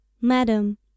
Madam